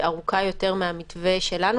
שארוכה יותר מהמתווה שלנו.